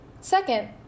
Second